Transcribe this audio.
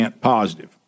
positive